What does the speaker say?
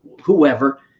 whoever